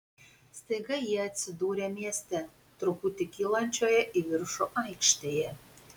staiga jie atsidūrė mieste truputį kylančioje į viršų aikštėje